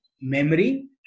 memory